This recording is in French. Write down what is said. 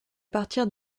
partir